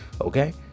Okay